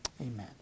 amen